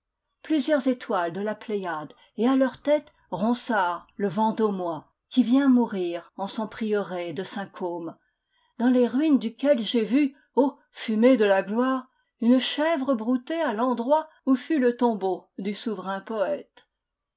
plusieurs étoiles de la pléiade et à leur tête ronsard le vendômois qui vient mourir en son prieuré de saint côme dans les ruines duquel j'ai vu ô fumées de la gloire une chèvre brouter à l'endroit oti fut le tombeau du souverain poète